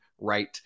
right